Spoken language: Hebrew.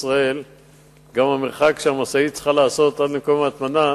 גם המרחק שהמשאית צריכה לעשות עד מקום ההטמנה